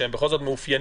שהם בכל זאת מאופיינים,